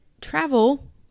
travel